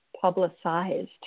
publicized